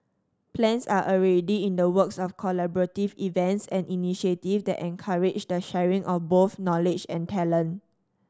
plans are already in the works of collaborative events and initiatives that encourage the sharing of both knowledge and talent